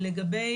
שאלתם לגבי